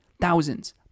thousands